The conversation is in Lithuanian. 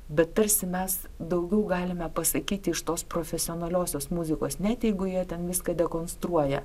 bet tarsi mes daugiau galime pasakyti iš tos profesionaliosios muzikos net jeigu joje ten viską dekonstruoja